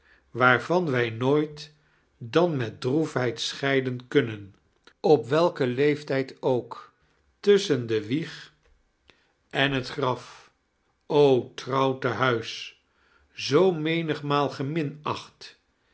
waarvan wij nooit dan met droefheid scheiden kunnen op welken leeftijd ook tusschen de wieg en het graf trouw tehuis zoo menigmaal